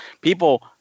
people